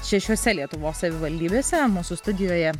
šešiose lietuvos savivaldybėse mūsų studijoje